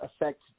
affect